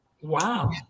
wow